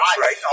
right